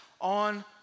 on